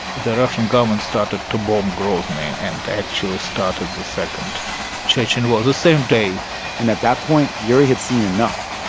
the russian government started to bomb grozny and actually started the second chechen war the same day and at that point, yuri had seen enough.